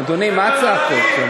אדוני, מה הצעקות?